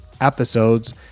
episodes